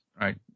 right